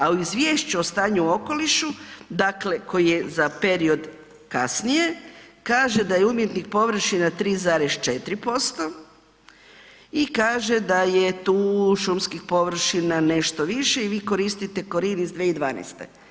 A u izvješću o stanju o okolišu koji je za period kasnije kaže da je umjetnih površina 3,4% i kaže da je tu šumskim površina nešto više i vi koristite korin iz 2012.